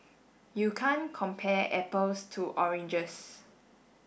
you can't compare apples to oranges